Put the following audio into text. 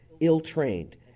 ill-trained